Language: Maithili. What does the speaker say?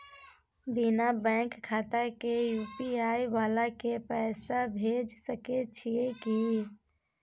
बिना बैंक खाता के यु.पी.आई वाला के पैसा भेज सकै छिए की?